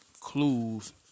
clues